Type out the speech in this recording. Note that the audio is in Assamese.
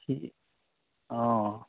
অঁ